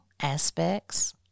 aspects